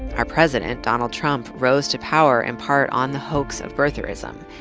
our president, donald trump, rose to power in part on the hoax of birtherism,